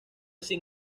sin